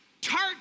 tart